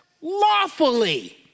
lawfully